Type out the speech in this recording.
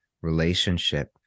relationship